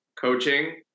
coaching